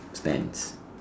pants